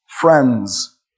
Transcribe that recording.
friends